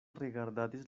rigardadis